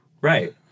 Right